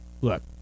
Look